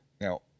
Now